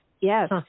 Yes